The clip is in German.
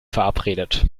verabredet